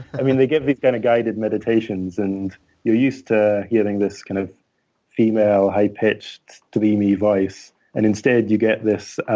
i mean, they give these kind of guided meditations, and you're used to hearing this kind of female, high pitched, dreamy voice, and instead, you get this